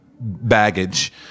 baggage